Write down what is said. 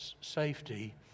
safety